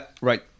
Right